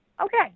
okay